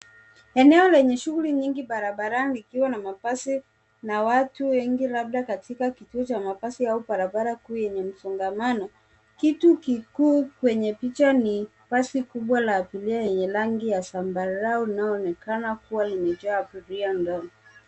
Eneo lenye shughuli nyingi barabani likiwa na mabasi na watu wengi labda katika kituo cha mabasi au barabara kuu yenye msongamano. Kitu kikuu kwenye picha ni basi kubwa la abiria lenye rangi ya zambarau linaloonekana kuwa limejaa abiria ndani.